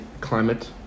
climate